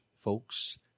folks